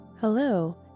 Hello